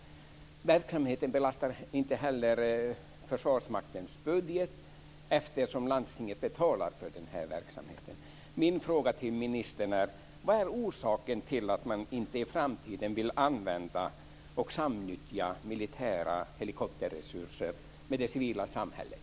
Verksamheten belastar inte heller Försvarsmaktens budget, eftersom landstinget betalar för den här verksamheten. Min fråga till ministern är: Vad är orsaken till att man inte i framtiden vill använda och samnyttja militära helikopterresurser med det civila samhället?